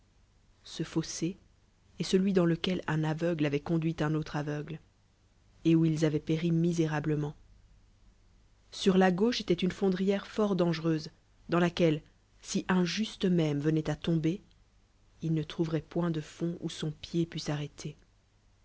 ce fossé est cdui dans lequel ui aveugle avoit conduit un autre aveugle et où ils avoient péri misérablement sur la gauche étoit une fondrière fort dangereuse dans laquelle si un josie même venoit à tomber il lie trouveroit point de fond où son pied pût arrêter